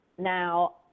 Now